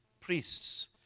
priests